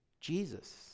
Jesus